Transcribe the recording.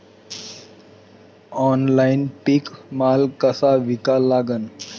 Online पीक माल कसा विका लागन?